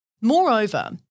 Moreover